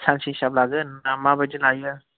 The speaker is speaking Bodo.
सानसे हिसाब लागोन ना माबायदि लायो